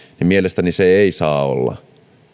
se ei saa mielestäni olla